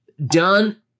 Done